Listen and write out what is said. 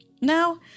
Now